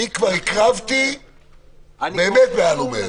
אני כבר הקרבתי מעל ומעבר.